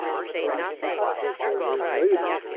forty six or so years later.